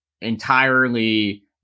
entirely